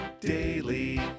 Daily